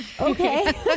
okay